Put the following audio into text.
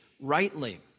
rightly